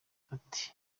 ati